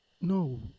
No